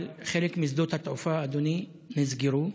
אבל חלק משדות התעופה, אדוני, נסגרו,